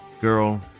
Girl